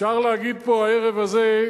אפשר להגיד פה הערב הזה,